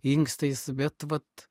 inkstais bet vat